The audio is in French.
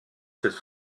cette